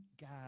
God